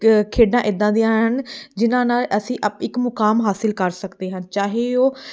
ਕ ਖੇਡਾਂ ਇੱਦਾਂ ਦੀਆਂ ਹਨ ਜਿਨ੍ਹਾਂ ਨਾਲ਼ ਅਸੀਂ ਅਪ ਇੱਕ ਮੁਕਾਮ ਹਾਸਿਲ ਕਰ ਸਕਦੇ ਹਾਂ ਚਾਹੇ ਉਹ